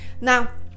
Now